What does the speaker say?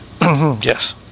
Yes